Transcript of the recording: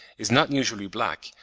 is not usually black,